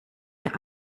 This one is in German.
der